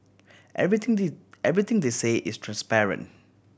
everything everything they say is transparent